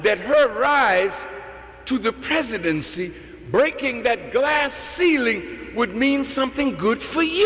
that her rise to the presidency breaking that glass ceiling would mean something good for you